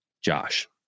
Josh